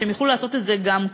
שהם יוכלו לעשות את זה גם כאן.